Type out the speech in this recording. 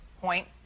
point